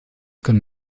können